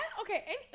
Okay